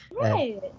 Right